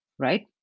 Right